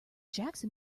jackson